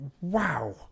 wow